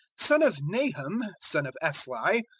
son of nahum, son of esli,